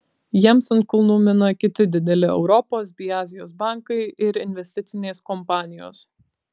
jiems ant kulnų mina kiti dideli europos bei azijos bankai ir investicinės kompanijos